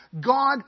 God